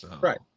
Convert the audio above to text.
Right